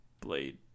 blade